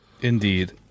Indeed